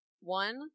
One